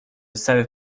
savais